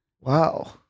Wow